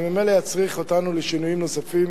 שממילא יצריך אותנו לשינויים נוספים